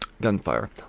gunfire